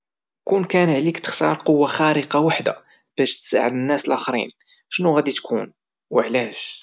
كون كان عليك تختار قوة خارقة وحدة باش تساعد الناس الآخرين، شنو غادي تكون وعلاش؟